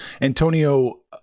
Antonio